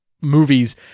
movies